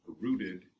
rooted